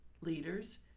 leaders